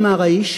אמר האיש,